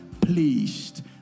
pleased